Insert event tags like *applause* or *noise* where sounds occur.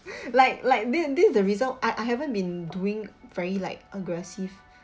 *breath* like like this this the reason I I haven't been doing very like aggressive